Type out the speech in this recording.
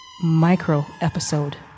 micro-episode